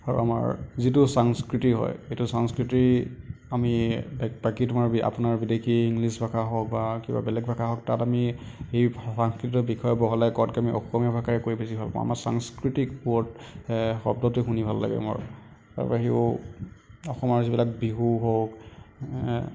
আৰু আমাৰ যিটো সংস্কৃতি হয় সেইটো সংস্কৃতি আমি বাকী তোমাৰ আপোনাৰ বিদেশী ইংলিচ ভাষা হওক বা কিবা বেলেগ ভাষা হওক তাত আমি এই ভাষাকেইটাৰ বিষয়ে বহলাই কোৱাতকৈ আমি অসমীয়া ভাষাৰে কৈ বেছি ভাল পাওঁ আমাৰ সাংস্কৃতিক ৱ'ৰ্ড শব্দটো শুনি ভাল লাগে আমাৰ তাৰ বাহিৰেও অসমীয়া যিবিলাক বিহু হওক